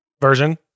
Version